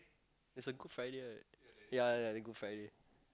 it's a Good Friday right ya ya ya the Good Friday